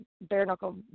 bare-knuckle